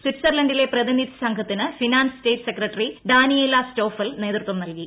സ്വിറ്റ്സർലൻഡിലെ പ്രതിനിധി സംഘത്തിന് finance state secretary Daniela Stoffel നേതൃത്വം നൽകി